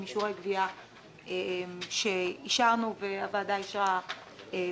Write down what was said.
עם אישורי גביה שאישרנו והוועדה אישרה להן.